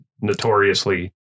notoriously